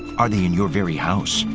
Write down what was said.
are they in your very house?